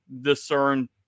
discern